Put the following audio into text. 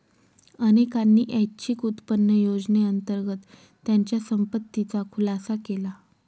अनेकांनी ऐच्छिक उत्पन्न योजनेअंतर्गत त्यांच्या संपत्तीचा खुलासा केला